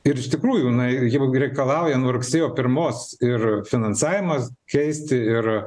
ir iš tikrųjų na jau reikalauja nuo rugsėjo pirmos ir finansavimas keisti ir